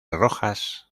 rojas